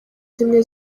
zimwe